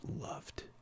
loved